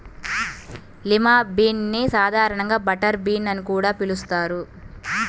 lima bean ని సాధారణంగా butter bean అని కూడా పిలుస్తారు